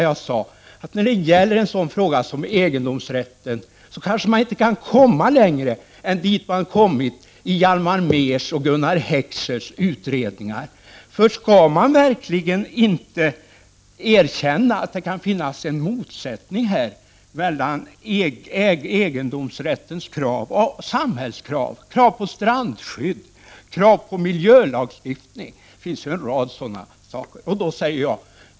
Jag sade att när det gäller en fråga som frågan om egendomsrätten kan man kanske inte komma längre än dit man har kommit i Hjalmar Mehrs och Gunnar Heckschers utredningar. Skall man verkligen inte erkänna att det kan finnas en motsättning mellan egendomsrättens krav och samhällets krav — krav när det gäller strandskydd, miljölagstiftning osv.?